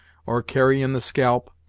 or carry in the scalp,